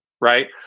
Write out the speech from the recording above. Right